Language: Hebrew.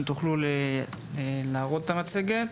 אם תוכלו להראות את המצגת.